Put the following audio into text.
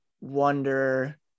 wonder